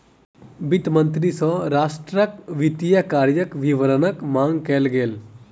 वित्त मंत्रालय सॅ राष्ट्रक वित्तीय कार्यक विवरणक मांग कयल गेल